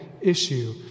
issue